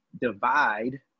divide